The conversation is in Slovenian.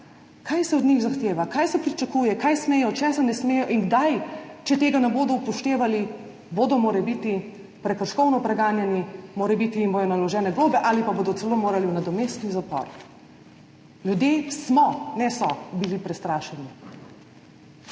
kaj se od njih zahteva, kaj se pričakuje, kaj smejo, česa ne smejo in kdaj, če tega ne bodo upoštevali, bodo morebiti prekrškovno preganjani, morebiti jim bodo naložene globe ali pa bodo celo morali v nadomestni zapor. Ljudje smo, ne so, bili prestrašeni.